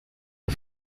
the